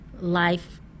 life